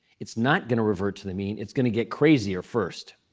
it's not going to revert to the mean. it's going to get crazier first.